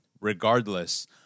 regardless